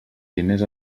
diners